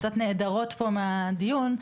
קצת נעדרות פה מהדיון,